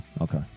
Okay